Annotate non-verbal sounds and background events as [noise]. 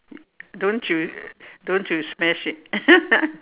don't you don't you smash it [laughs]